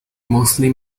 mostly